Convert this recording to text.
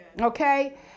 okay